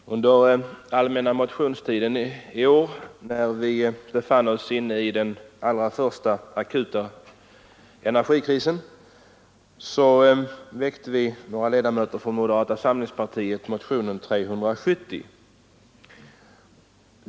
Herr talman! Under den allmänna motionstiden i år befann vi oss inne i den allra första akuta energikrisen. Några ledamöter från moderata samlingspartiet väckte då motionen 370.